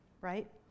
Right